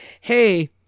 Hey